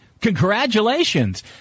Congratulations